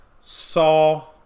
saw